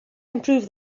improve